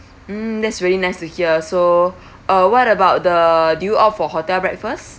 mm that's really nice to hear so uh what about the did you opt for hotel breakfast